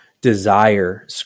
desire